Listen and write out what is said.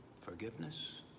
Forgiveness